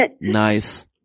Nice